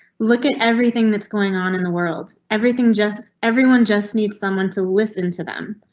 look at everything that's going on in the world. everything. just everyone just need someone to listen to them.